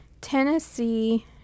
Tennessee